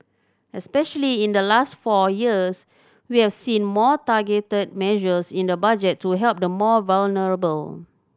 especially in the last four years we've seen more targeted measures in the Budget to help the more vulnerable